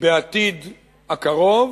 בעתיד הקרוב,